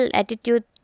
attitude